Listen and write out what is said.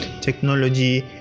technology